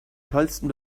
tollsten